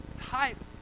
type